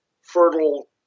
fertile